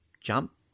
jump